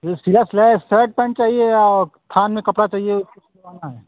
जो सिला सिलाया सर्ट पैन्ट चाहिए या थान में कपड़ा चाहिए उसको सिलवाना है